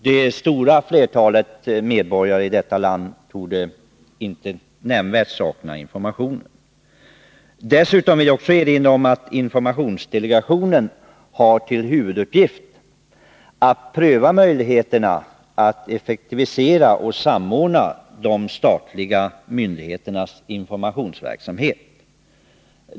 Det stora flertalet av medborgarna i detta land torde inte nämnvärt sakna denna information. Dessutom vill jag erinra om att informationsdelegationen har till huvuduppgift att pröva möjligheterna att effektivisera och samordna de statliga myndigheternas informationsverksamhet.